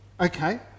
Okay